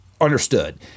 Understood